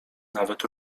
nawet